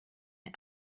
mir